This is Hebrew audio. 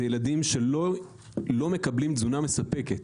אלו ילדים שלא מקבלים תזונה מספקת.